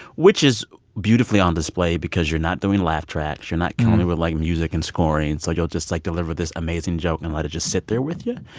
which is beautifully on display because you're not doing laugh tracks. you're not coming with, like, music and scoring. so you'll just, like, deliver this amazing joke and let it just sit there with you.